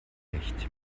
recht